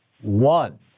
one